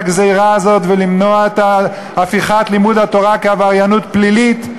הגזירה הזאת ולמנוע את הפיכת לימוד התורה כעבריינות פלילית.